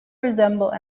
resemble